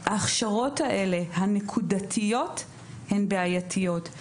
ההכשרות האלה הנקודתיות הן בעייתיות.